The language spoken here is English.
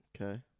Okay